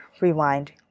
rewind